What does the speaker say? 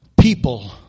People